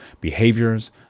behaviors